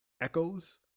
Echoes